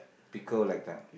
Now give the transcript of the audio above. pickle like that